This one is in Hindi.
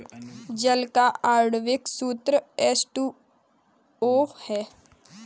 जल का आण्विक सूत्र एच टू ओ है